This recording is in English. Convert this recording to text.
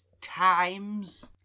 times